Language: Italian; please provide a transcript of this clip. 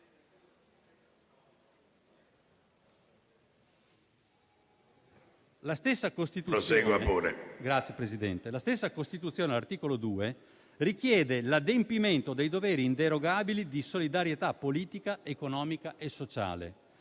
2 della Costituzione «richiede l'adempimento dei doveri inderogabili di solidarietà politica, economica e sociale»